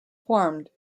formed